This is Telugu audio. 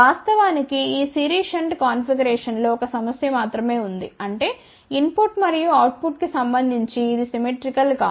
వాస్తవానికి ఈ సిరీస్ షంట్ కాన్ఫిగరేషన్లో 1 సమస్య మాత్రమే ఉంది అంటే ఇన్పుట్ మరియు అవుట్పుట్కు సంబంధించి ఇది సిమెట్రికల్ కాదు